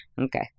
Okay